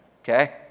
Okay